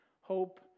Hope